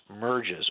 merges